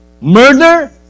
Murder